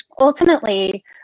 Ultimately